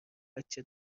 بچه